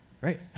right